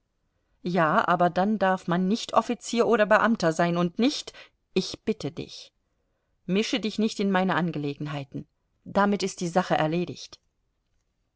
ja aber dann darf man nicht offizier oder beamter sein und nicht ich bitte dich mische dich nicht in meine angelegenheiten damit ist die sache erledigt